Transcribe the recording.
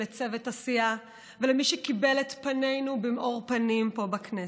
לצוות הסיעה ולמי שקיבל את פנינו במאור פנים פה בכנסת.